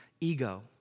ego